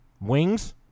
wings